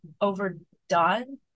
overdone